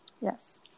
Yes